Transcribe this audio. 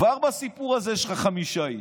כבר בסיפור הזה יש לך חמישה איש,